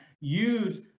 use